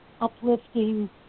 uplifting